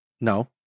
No